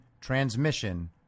transmission